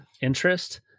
interest